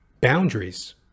boundaries